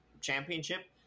championship